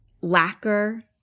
lacquer